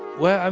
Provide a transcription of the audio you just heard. well, and